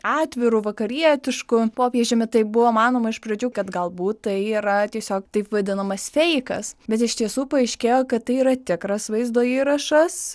atviru vakarietišku popiežiumi tai buvo manoma iš pradžių kad galbūt tai yra tiesiog taip vadinamas feikas bet iš tiesų paaiškėjo kad tai yra tikras vaizdo įrašas